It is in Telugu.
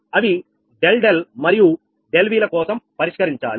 అవి ∆𝛿 మరియు ∆V ల కోసం పరిష్కరించాలి